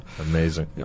Amazing